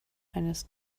eines